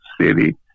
City